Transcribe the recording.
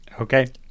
Okay